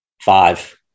Five